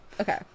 Okay